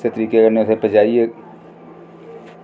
ते किसै तरीके कन्नै उत्थै पजाइयै